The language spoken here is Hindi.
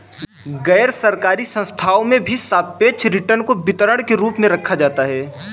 गैरसरकारी संस्थाओं में भी सापेक्ष रिटर्न को वितरण के रूप में रखा जाता है